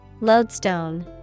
Lodestone